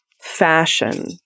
fashion